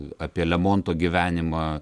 apie lemonto gyvenimą